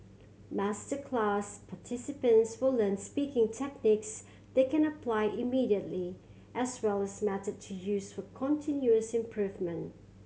masterclass participants will learn speaking techniques they can apply immediately as well as methods to use for continuous improvement